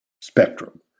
spectrum